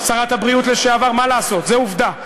שרת הבריאות לשעבר, מה לעשות, זאת עובדה.